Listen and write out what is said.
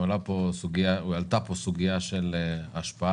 עלתה פה סוגיה של השפעה